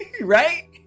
Right